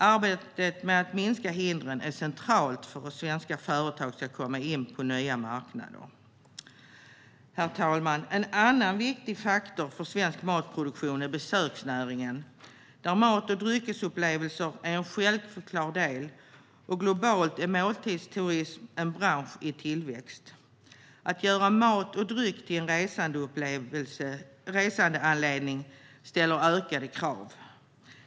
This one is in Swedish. Arbetet med att minska hindren är centralt för att svenska företag ska komma in på nya marknader. Herr talman! En annan viktig faktor för svensk matproduktion är besöksnäringen, där mat och dryckesupplevelser är en självklar del. Globalt är måltidsturism en bransch i tillväxt. Att göra mat och dryck till en resandeanledning ställer ökade krav.